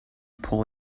pull